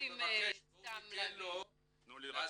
מחפשים סתם להגיד.